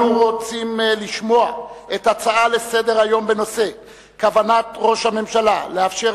אנחנו רוצים לשמוע את ההצעה לסדר-היום בנושא: כוונת ראש הממשלה לאפשר